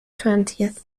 twentieth